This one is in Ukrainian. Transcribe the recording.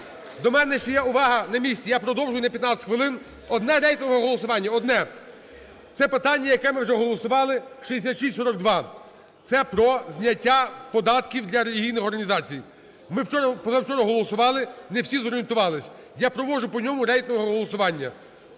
До мене ще є… Увага, на місці! Я продовжую на 15 хвилин. Одне рейтингове голосування. Одне. Це питання, яке ми вже голосували - 6642. Це про зняття податків для релігійних організацій. Ми позавчора голосували, не всі зорієнтувались. Я провожу по ньому рейтингове голосування.